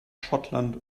schottland